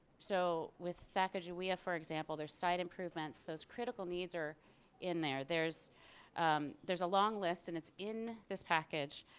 so with sacajawea for example there site improvements those critical needs are in there. there's there's a long list and it's in this package